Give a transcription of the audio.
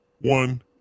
one